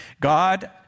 God